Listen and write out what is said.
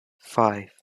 five